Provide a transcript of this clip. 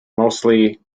mostly